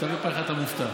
בבקשה?